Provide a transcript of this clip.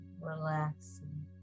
relaxing